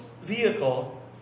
vehicle